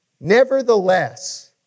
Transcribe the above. Nevertheless